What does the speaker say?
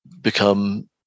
become